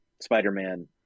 Spider-Man